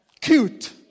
cute